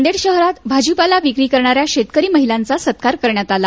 नांदेड शहरात भाजीपाला विक्री करणाऱ्या शेतकरी महिलांचा सत्कार करण्यात आला